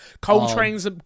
Coltrane's